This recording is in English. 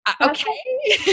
okay